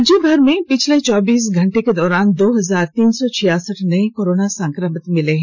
राज्य भर में पिछले चौबीस घंटे के दौरान दो हजार तीन सौ छियासठ नए कोरोना संक्रमित मिले हैं